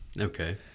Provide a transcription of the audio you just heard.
Okay